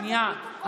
שנייה,